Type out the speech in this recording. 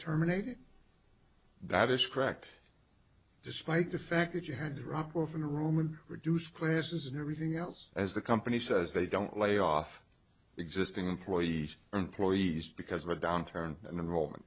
terminated that is correct despite the fact that you had to drop off in the room and reduce classes and everything else as the company says they don't layoff existing employees or employees because of a downturn